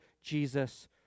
Jesus